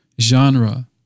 genre